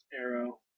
Arrow